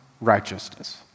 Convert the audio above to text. righteousness